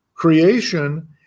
Creation